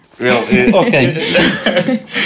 Okay